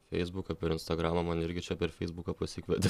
feisbuką per instagramą mane irgi čia per feisbuką pasikvietė